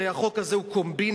הרי החוק הזה הוא קומבינה,